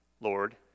Lord